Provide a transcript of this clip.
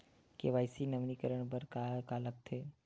KYC नवीनीकरण बर का का लगथे?